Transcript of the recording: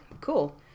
cool